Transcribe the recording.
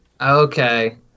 Okay